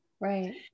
right